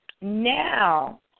Now